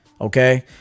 okay